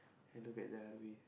and look at the other way